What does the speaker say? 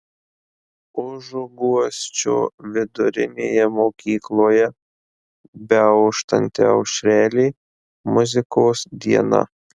užuguosčio vidurinėje mokykloje beauštanti aušrelė muzikos diena